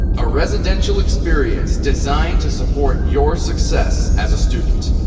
a residential experience designed to support your success as a student.